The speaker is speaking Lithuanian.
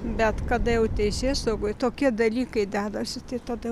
bet kada jau teisėsaugoj tokie dalykai dedasi tai tada